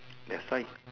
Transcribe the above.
that's why